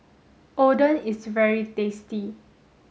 Oden is very tasty